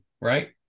right